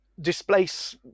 displace